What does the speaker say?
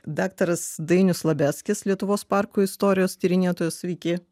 daktaras dainius labeckis lietuvos parkų istorijos tyrinėtojas sveiki